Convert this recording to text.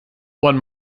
one